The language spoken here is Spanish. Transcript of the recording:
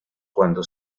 cuando